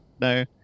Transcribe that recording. no